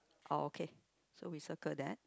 oh okay so we circle that